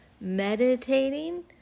meditating